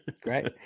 Great